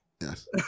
Yes